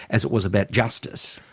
as it was about justice?